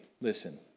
listen